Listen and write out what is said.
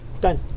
Done